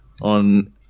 on